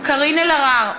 קארין אלהרר,